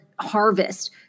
harvest